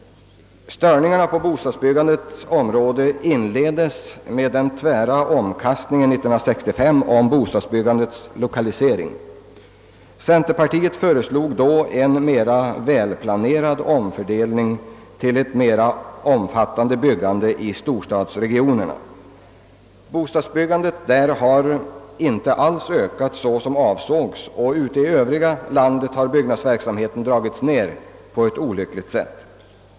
Störningarna på bostadsbyggandets område inleddes med den tvära omkastningen 1965 av bostadsbyggandets lokalisering. Centerpartiet föreslog då en mera välplanerad och lugnare omfördelning till ett mera omfattande byggande i storstadsregionerna. Bostadsbyggandet där har inte alls ökat så som avsågs och ute i övriga landet har byggnadsverksamheten dragits ned på ett olyckligt sätt.